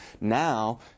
now